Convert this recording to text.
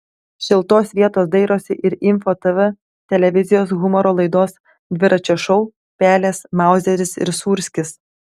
šiltos vietos dairosi ir info tv televizijos humoro laidos dviračio šou pelės mauzeris ir sūrskis